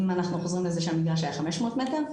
אם אנחנו חוזרים לזה שהמגרש היה 500 מטר,